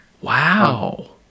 Wow